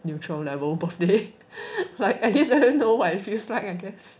neutral level birthday like at least I don't know what it feels like I guess